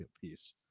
piece